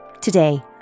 Today